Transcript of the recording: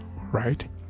right